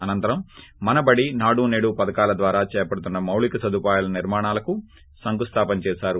అసంతరం మనబడి నాడు నేడు పథకాల ద్వారా చేపడుతున్న మౌలిక సదుపాయాల నిర్మాణాలకు శంకుస్తాపన చేశారు